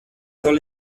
soll